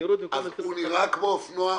הוא נראה כמו אופנוע,